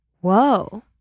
whoa